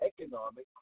economic